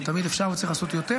ותמיד אפשר וצריך לעשות יותר.